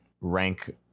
rank